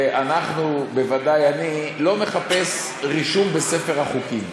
אנחנו, אני בוודאי לא מחפש רישום בספר החוקים.